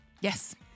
Yes